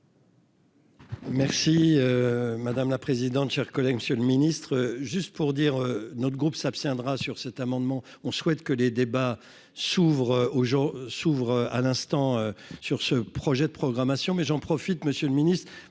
Merci madame la présidente, chers collègues, Monsieur le Ministre, juste pour dire notre groupe s'abstiendra sur cet amendement, on souhaite que les débats s'ouvrent aux gens s'ouvrent à l'instant sur ce projet de programmation mais j'en profite Monsieur le Ministre,